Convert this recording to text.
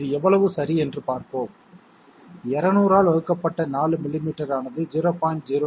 அது எவ்வளவு சரி என்று பார்ப்போம் 200 ஆல் வகுக்கப்பட்ட 4 மில்லிமீட்டர் ஆனது 0